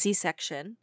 C-section